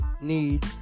need